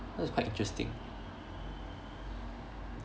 so it's quite interesting